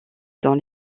dans